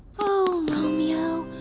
oh, romeo,